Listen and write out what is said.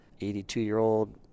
82-year-old